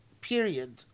period